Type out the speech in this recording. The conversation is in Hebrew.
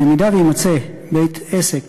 ואם יימצא בית-עסק